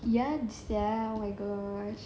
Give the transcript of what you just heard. ya sia oh my gosh